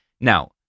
Now